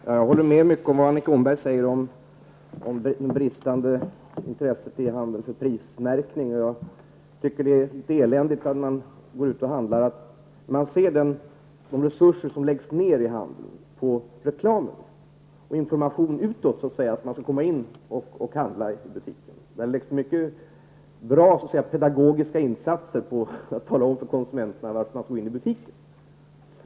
Herr talman! Jag instämmer i mycket av det som Annika Åhnberg säger om bristerna i prismärkningen. Vi ser vilka resurser som handeln lägger ned på reklam och information utåt. Det görs mycket stora pedagogiska insatser för att vi skall gå in i butiken och handla.